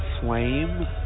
flame